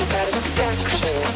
Satisfaction